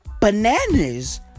Bananas